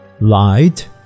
light